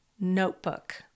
notebook